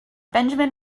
benjamin